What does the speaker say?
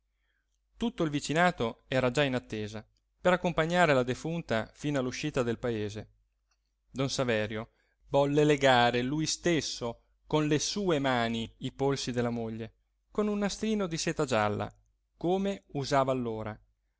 tutto il vicinato era già in attesa per accompagnare la defunta fino all'uscita del paese don saverio volle legare lui stesso con le sue mani i polsi della moglie con un nastrino di seta gialla come usava allora